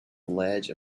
ledge